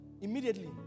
immediately